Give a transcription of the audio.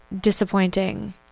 disappointing